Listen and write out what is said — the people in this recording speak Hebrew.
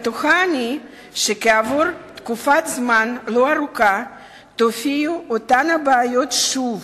בטוחה אני שכעבור תקופת זמן לא ארוכה יופיעו אותן בעיות שוב.